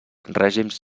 règims